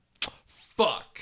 Fuck